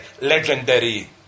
legendary